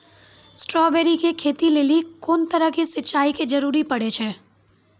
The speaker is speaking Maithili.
स्ट्रॉबेरी के खेती लेली कोंन तरह के सिंचाई के जरूरी पड़े छै?